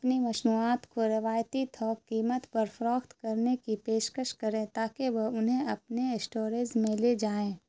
اپنی مصنوعات کو روایتی تھوک قیمت پر فروخت کرنے کی پیشکش کریں تاکہ وہ انہیں اپنے اسٹوریز میں لے جائیں